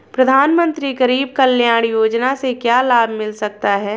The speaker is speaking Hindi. प्रधानमंत्री गरीब कल्याण योजना से क्या लाभ मिल सकता है?